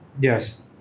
Yes